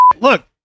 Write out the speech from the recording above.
look